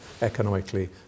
economically